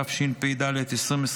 התשפ"ד 2024,